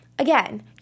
Again